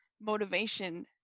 motivation